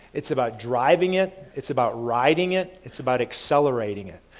it's about driving it, it's about riding it, it's about accelerating it.